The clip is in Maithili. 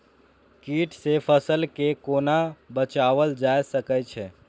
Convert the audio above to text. कीट से फसल के कोना बचावल जाय सकैछ?